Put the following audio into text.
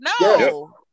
No